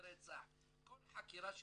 כל חקירה שהיא,